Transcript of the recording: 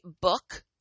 book